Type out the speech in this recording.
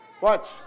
Watch